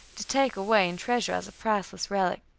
to take away and treasure as a priceless relic.